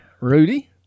rudy